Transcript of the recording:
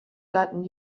gotten